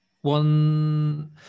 one